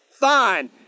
fine